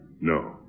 No